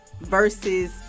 Versus